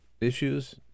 issues